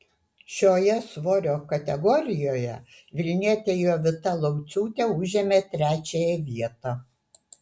šioje svorio kategorijoje vilnietė jovita lauciūtė užėmė trečiąją vietą